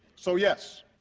so yes,